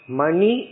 Money